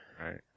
Right